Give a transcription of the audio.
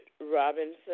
Robinson